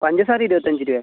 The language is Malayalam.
പഞ്ചസാര ഇരുപത്തഞ്ച് രൂപയാണ്